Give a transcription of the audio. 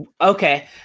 Okay